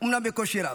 אומנם בקושי רב,